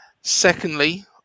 Secondly